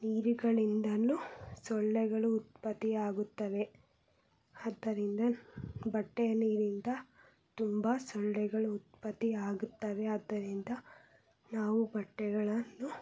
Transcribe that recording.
ನೀರುಗಳಿಂದನು ಸೊಳ್ಳೆಗಳು ಉತ್ಪತ್ತಿಯಾಗುತ್ತವೆ ಹಾದ್ದರಿಂದ ಬಟ್ಟೆಯ ನೀರಿಂದ ತುಂಬಾ ಸೊಳ್ಳೆಗಳು ಉತ್ಪತ್ತಿಯಾಗುತ್ತವೆ ಆದ್ದರಿಂದ ನಾವು ಬಟ್ಟೆಗಳನ್ನು